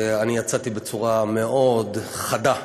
אני יצאתי בצורה מאוד חדה,